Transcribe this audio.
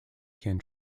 can